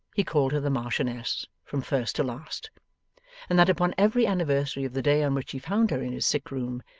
he called her the marchioness from first to last and that upon every anniversary of the day on which he found her in his sick room,